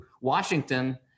Washington